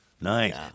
nice